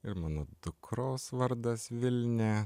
ir mano dukros vardas vilnė